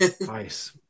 Nice